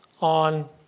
on